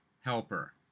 helper